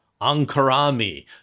Ankarami